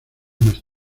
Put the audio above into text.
más